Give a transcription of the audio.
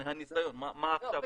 רק מהניסיון, מה עכשיו המצב?